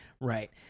Right